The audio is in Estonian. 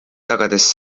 tagades